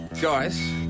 Guys